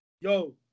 Yo